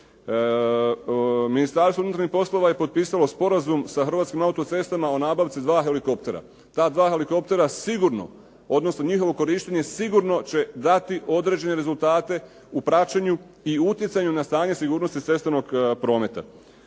Ministarstvo unutarnjih poslova je potpisalo sporazum sa "Hrvatskim autocestama" o nabavci dva helikoptera. Ta dva helikoptera sigurno, odnosno njihovo korištenje sigurno će dati određene rezultate u praćenju i utjecanju na stanje sigurnosti cestovnog prometa.